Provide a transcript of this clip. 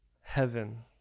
heaven